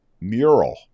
mural